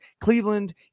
Cleveland